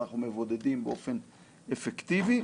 אנחנו מבודדים באופן אפקטיבי,